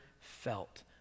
felt